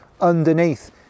underneath